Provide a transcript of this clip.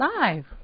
Live